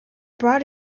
brought